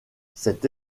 cette